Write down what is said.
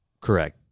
correct